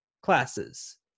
classes